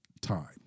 time